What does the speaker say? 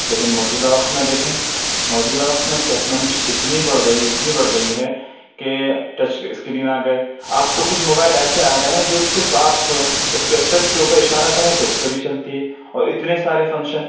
لیکن موجودہ وقت میں دیکھیں موجودہ وقت میں ٹیکنالوجی اتنی بڑھ گئی ہے اتنی بڑھ گئی ہے کہ ٹچ اسکرین آ گئے اب تو کچھ موبائل ایسے آ رہے ہیں جو صرف آپ اس کے ٹچ کے اوپر اشارہ کریں تو اس پہ بھی چلتی ہے اور اتنے سارے فنکشن